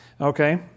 Okay